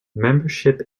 membership